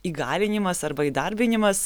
įgalinimas arba įdarbinimas